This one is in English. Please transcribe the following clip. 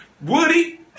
Woody